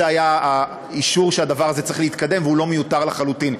זה היה האישור שהדבר הזה צריך להתקדם והוא לא מיותר לחלוטין.